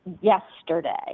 yesterday